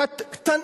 קטנטן.